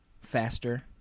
faster